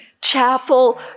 chapel